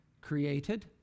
created